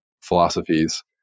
philosophies